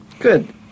Good